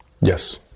Yes